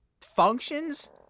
functions